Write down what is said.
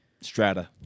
Strata